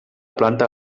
planta